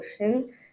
Ocean